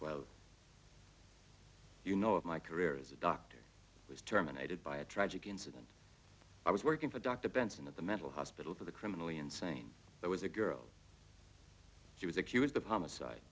well you know of my career as a doctor was terminated by a tragic incident i was working for dr benson of the mental hospital for the criminally insane there was a girl she was accused of homicide